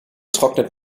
trocknet